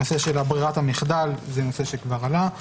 נושא ברירת המחדל זה נושא שעלה.